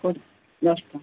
ହଉ ଦଶଟଙ୍କା